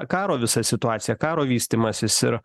karo visa situacija karo vystymasis ir